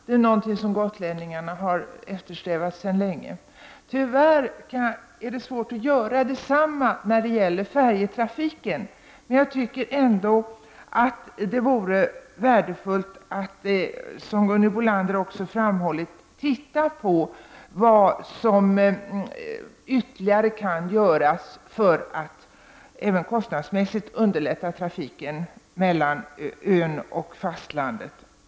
Detta har gotlänningarna eftersträvat sedan länge. Tyvärr är det svårt att göra detsamma när det gäller färjetrafiken. Jag tycker ändå att det vore värdefullt att, som Gunhild Bolander också framhöll, titta på vad som ytterligare kan göras för att även kostnadsmässigt underlätta trafiken mellan ön och fastlandet.